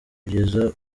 kugeza